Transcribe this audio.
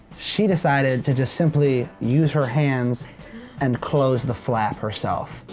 she decided to just simply use her hands and close the flap herself.